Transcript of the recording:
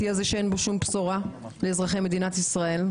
הזה שאין בו שום בשורה לאזרחי מדינת ישראל,